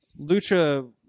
lucha